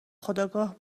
خودآگاه